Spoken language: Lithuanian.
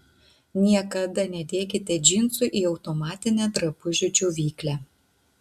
niekada nedėkite džinsų į automatinę drabužių džiovyklę